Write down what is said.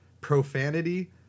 Profanity